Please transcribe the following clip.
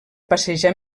passejar